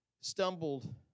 stumbled